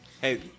Hey